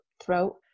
throat